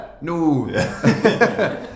No